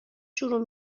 شروع